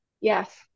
Yes